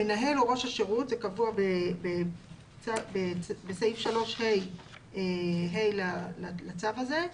המנהל או ראש השירות כקבוע בסעיף 3(ה) לצו הזה,